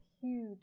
huge